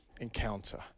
encounter